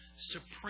supreme